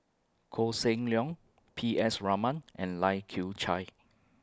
Koh Seng Leong P S Raman and Lai Kew Chai